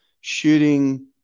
shooting